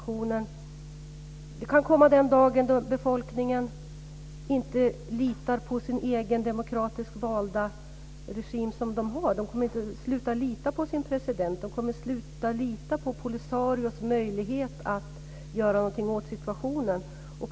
Den dag kan komma när befolkningen inte litar på sin egen demokratiskt valda regim som man har. Man kommer att sluta lita på sin president och sluta lita på Polisarios möjlighet att göra någonting åt situationen.